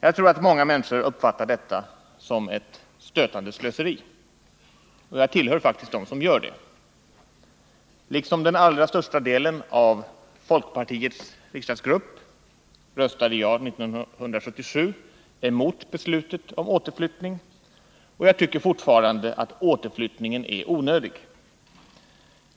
Jag tror att många människor uppfattar detta som ett stötande slöseri, och jag tillhör faktiskt dem som gör det. Liksom den allra största delen av folkpartiets riksdagsgrupp röstade jag 1978 emot beslutet om återflyttning, och jag tycker fortfarande att återflyttningen är onödig.